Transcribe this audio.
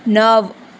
નવ